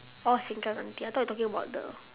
oh sengkang aunty I thought you talking about the